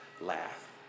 laugh